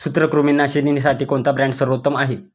सूत्रकृमिनाशीसाठी कोणता ब्रँड सर्वोत्तम आहे?